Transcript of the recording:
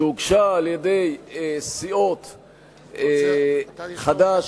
שהוגשה על-ידי סיעות חד"ש,